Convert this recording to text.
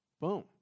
boom